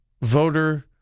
voter